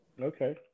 Okay